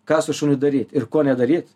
ką su šuniu daryt ir ko nedaryt